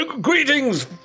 greetings